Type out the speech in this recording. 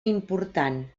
important